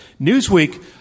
Newsweek